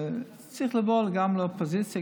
צריך לבוא גם לאופוזיציה,